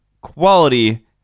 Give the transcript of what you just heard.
quality